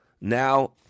Now